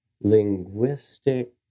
linguistic